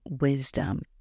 wisdom